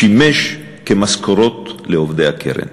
שימש כמשכורות לעובדי הקרן.